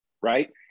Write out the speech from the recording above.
right